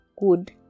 good